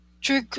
True